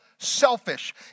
selfish